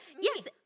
Yes